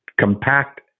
compact